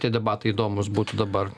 tie debatai įdomūs būtų dabar